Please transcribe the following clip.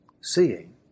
seeing